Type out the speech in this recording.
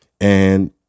and-